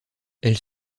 elle